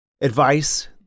advice